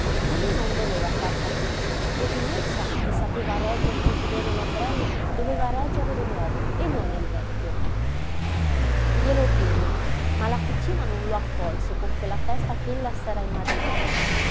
piccina mimí non doveva far capricci e dinuccia che sapeva regger cosí bene l'ombrello doveva reggere il nuovo e non il vecchio glielo diede ma la piccina non lo accolse con quella festa ch'ella s'era immaginata